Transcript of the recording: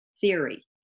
theory